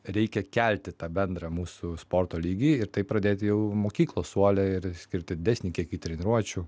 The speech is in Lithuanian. reikia kelti tą bendrą mūsų sporto lygį ir tai pradėti jau mokyklos suole ir skirti didesnį kiekį treniruočių